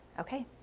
okay,